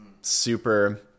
super